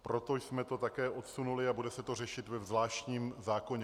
Proto jsme to také odsunuli a bude se to řešit ve zvláštním zákoně.